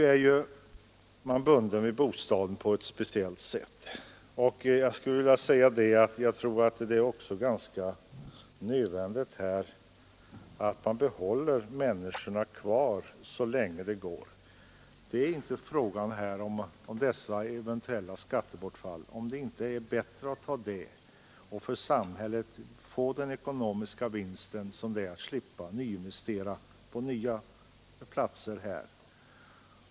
Nu är man bunden vid bostaden på ett speciellt sätt, och jag tror att det också är ganska nödvändigt att människorna bor kvar på sin gamla bostadsort så länge det går. Frågan är om det inte i dessa speciella fall är bäst för samhället att ta ett eventuellt skattebortfall och slippa investera på nya platser.